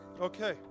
Okay